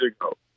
ago